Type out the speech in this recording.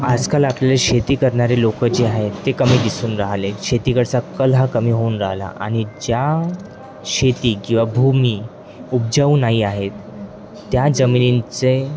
आजकाल आपल्याला शेती करणारे लोक जे आहेत ते कमी दिसून राहिलेत शेतीकडचा कल हा कमी होऊन राहिला आणि ज्या शेती किंवा भूमी उपजाऊ नाही आहेत त्या जमिनींचे